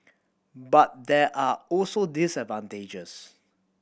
but there are also disadvantages